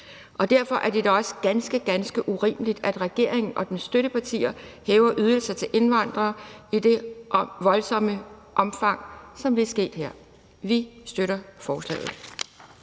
og derfor er det da også ganske, ganske urimeligt, at regeringen og dens støttepartier hæver ydelser til indvandrere i det voldsomme omfang, som det er sket her. Vi støtter forslaget.